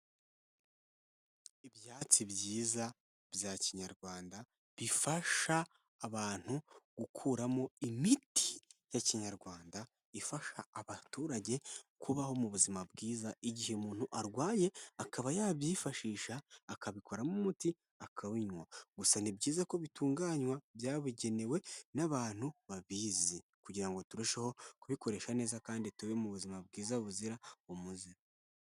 Ibyatsi byiza bya kinyarwanda bifasha abantu gukuramo imiti ya kinyarwanda ifasha abaturage kubaho mu buzima bwiza igihe umuntu arwaye akaba yabyifashisha akabikoramo umuti akabinywa gusa ni byiza ko bitunganywa byabugenewe n'abantu babizi kugira ngo turusheho kubikoresha neza kandi tube mu buzima bwiza buzira umuze.